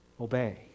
obey